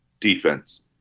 defense